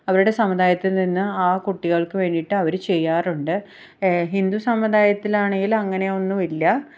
അവരുടെ സമുദായത്തിൽ നിന്ന് ആ കുട്ടികൾക്ക് വേണ്ടിയിട്ട് അവർ ചെയ്യാറുണ്ട് ഹിന്ദു സമുദായത്തിലാണെങ്കിലങ്ങനെയൊന്നുമില്ല